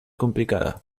complicada